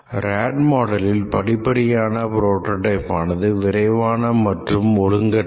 RAD மாடலில் படிப்படியான புரோடோடைப்பானது விரைவான மற்றும் ஒழுங்கற்றது